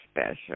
special